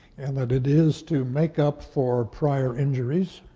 and that it is to make up for prior injuries,